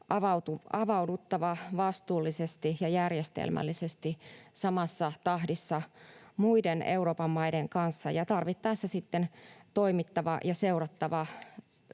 avauduttava vastuullisesti ja järjestelmällisesti samassa tahdissa muiden Euroopan maiden kanssa ja seurattava, miten asiat